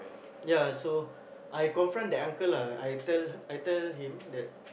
ya so I confront that uncle lah I tell I tell him that